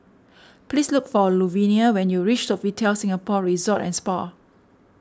please look for Luvenia when you reach Sofitel Singapore Resort and Spa